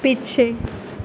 ਪਿੱਛੇ